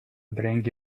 bring